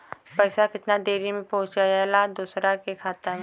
पैसा कितना देरी मे पहुंचयला दोसरा के खाता मे?